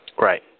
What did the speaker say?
Right